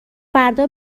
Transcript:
فردا